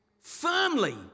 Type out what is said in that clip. firmly